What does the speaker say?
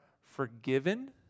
forgiven